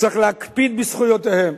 צריך להקפיד בזכויותיהם.